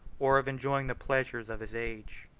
or of enjoying the pleasures of his age.